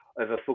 over